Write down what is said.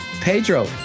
Pedro